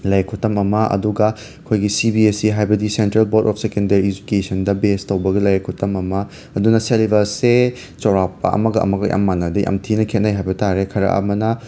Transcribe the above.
ꯂꯥꯏꯔꯤꯛ ꯈꯨꯇꯝ ꯑꯃ ꯑꯗꯨꯒ ꯑꯩꯈꯣꯏꯒꯤ ꯁꯤ ꯕꯤ ꯑꯦꯁ ꯁꯤ ꯍꯥꯏꯕꯗꯤ ꯁꯦꯟꯇ꯭ꯔꯦꯜ ꯕꯣꯔꯗ ꯑꯣꯞ ꯁꯦꯀꯦꯟꯗꯔꯤ ꯏꯖꯨꯀꯦꯁꯟꯗ ꯕꯦꯁ ꯇꯧꯕꯒ ꯂꯥꯏꯔꯤꯛ ꯈꯨꯇꯝ ꯑꯃ ꯑꯗꯨꯅ ꯁꯦꯂꯦꯕꯁꯁꯦ ꯆꯥꯎꯔꯥꯛꯄ ꯑꯃꯒ ꯑꯃꯒ ꯌꯥꯝꯅ ꯃꯥꯟꯅꯗꯦ ꯌꯥꯝꯅ ꯊꯤꯅ ꯈꯦꯠꯅꯩ ꯍꯥꯏꯕ ꯇꯥꯔꯦ ꯈꯔ ꯑꯃꯅ